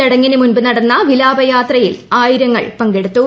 ചടങ്ങിന് മുൻപ് നടന്ന വിലാപയാത്രയിൽ ആയിരങ്ങൾ പങ്കെടുത്തു